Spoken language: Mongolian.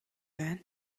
байна